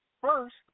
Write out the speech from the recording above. first